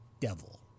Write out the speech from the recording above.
devil